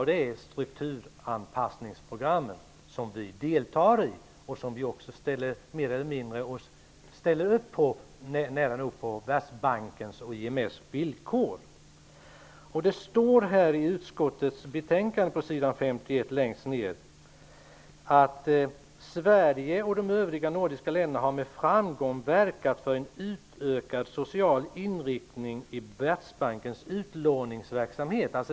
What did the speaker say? Den gäller de strukturanpassningsprogram vi deltar i nära nog på Världsbankens och IMF:s villkor. Det står längst ned på s. 51 i utskottets betänkande att Sverige och de övriga nordiska länderna med framgång har verkat för en utökad social inriktning i Världsbankens utlåningsverksamhet.